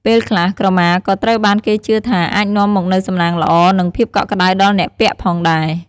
ពេលខ្លះ ក្រមាក៏ត្រូវបានគេជឿថាអាចនាំមកនូវសំណាងល្អ និងភាពកក់ក្ដៅដល់អ្នកពាក់ផងដែរ។